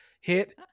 hit